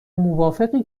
موافقی